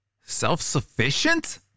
self-sufficient